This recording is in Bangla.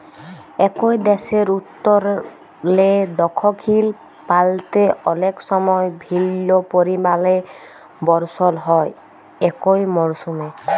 একই দ্যাশের উত্তরলে দখ্খিল পাল্তে অলেক সময় ভিল্ল্য পরিমালে বরসল হ্যয় একই মরসুমে